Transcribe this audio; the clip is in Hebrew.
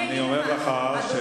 אני אגיד לך.